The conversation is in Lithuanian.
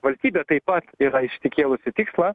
valstybė taip pat yra išsikėlusi tikslą